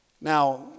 Now